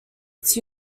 its